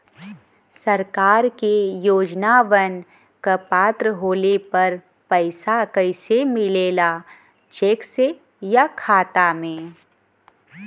सरकार के योजनावन क पात्र होले पर पैसा कइसे मिले ला चेक से या खाता मे?